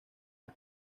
las